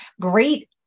great